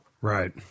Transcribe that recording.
Right